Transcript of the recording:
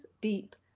deep